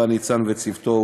ערן ניצן וצוותו,